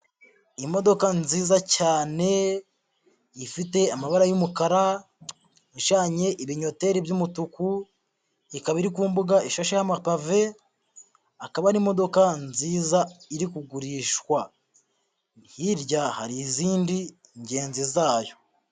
Imodoka nziza cyane ifite amabara y'umukara, icanye ibinyoteri by'umutuku, ikaba iri ku mbuga ishasheho amapave, akaba ari imodoka nziza iri kugurishwa, hirya hari izindi ngenzi zayo.